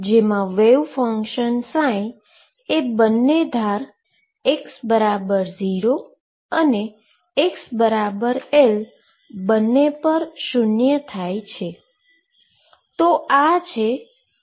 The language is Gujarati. જેમા વેવ ફંક્શન એ બંને ધાર x0 અને xL બંને પર શુન્ય થાય છે